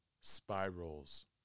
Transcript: spirals